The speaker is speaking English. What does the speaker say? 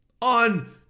On